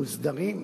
מוסדרים,